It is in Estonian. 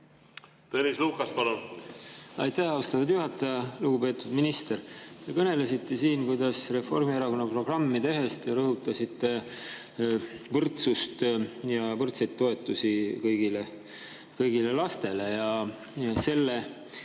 Tõnis Lukas, palun! Austatud juhataja! Lugupeetud minister! Te kõnelesite siin, kuidas Reformierakonna programmi tehes te rõhutasite võrdsust ja võrdseid toetusi kõigile lastele. Selle